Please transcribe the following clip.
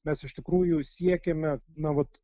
mes iš tikrųjų siekiame na vat